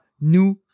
nous